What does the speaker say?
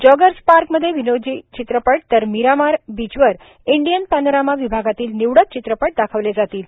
joggers पार्कमध्ये विनोदी चित्रपट तर मीरामार बीचवर इंडियन पॅनोरमा विभागातील निवडक चित्रपट दाखवले जातील